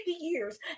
years